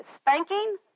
spanking